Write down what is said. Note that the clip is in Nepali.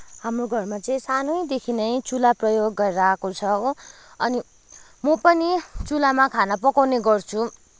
हाम्रो घरमा चाहिँ सानैदिखि नै चुल्हा प्रयोग गरेर आएको छ हो अनि म पनि चुल्हामा खाना पकाउने गर्छु